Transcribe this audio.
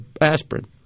aspirin